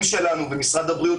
זה דבר אחד.